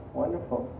wonderful